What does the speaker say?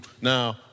Now